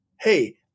hey